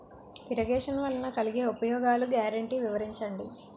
Irrigation వలన కలిగే ఉపయోగాలు గ్యారంటీ వివరించండి?